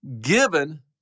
given